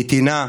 נתינה.